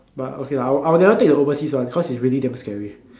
but okay I'll never take the overseas one because it is really damn scary